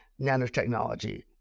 nanotechnology